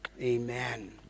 amen